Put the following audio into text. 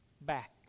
back